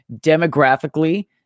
demographically